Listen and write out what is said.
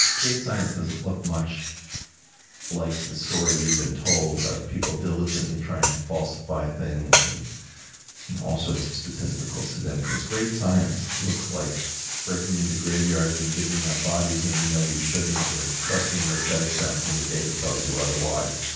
great science doesn't look much like the story you've been told about people diligently trying to falsify things and all sorts of statistical significance. great science looks like breaking into graveyards and digging up bodies when you know you shouldn't, or trusting your aesthetic sense when the data tells you otherwise.